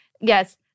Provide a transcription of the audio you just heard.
Yes